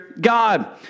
God